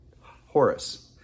Horus